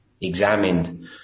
examined